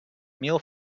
meal